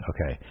Okay